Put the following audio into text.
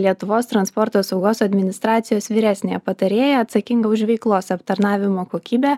lietuvos transporto saugos administracijos vyresnę patarėją atsakingą už veiklos aptarnavimo kokybę